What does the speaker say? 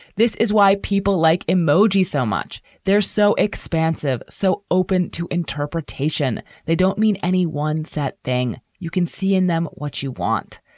this is why people like emoji so much. they're so expansive, so open to interpretation. they don't mean any one set thing. you can see in them what you want.